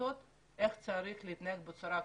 הדתות איך צריך להתנהג בצורה כזאת.